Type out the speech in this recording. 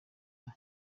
keza